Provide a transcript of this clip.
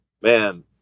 man